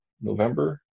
November